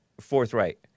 forthright